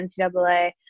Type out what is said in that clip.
ncaa